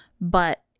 But-